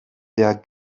der